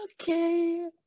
okay